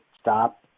stop